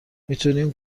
میتونیم